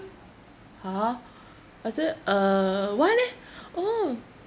!huh! I say uh why leh oh